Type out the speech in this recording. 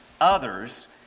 others